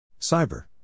Cyber